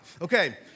okay